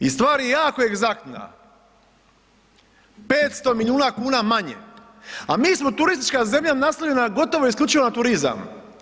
I stvar je jako egzaktna, 500 milijuna kuna manje, a mi smo turistička zemlja naslonjena gotovo isključivo na turizam.